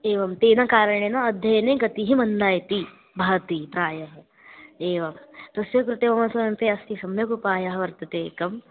एवं तेन कारणेन अध्ययने गतिः मन्दा इति भाति प्रायः एवं तस्य कृते मम समीपे अस्ति सम्यगुपायः वर्तते एकम्